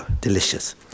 delicious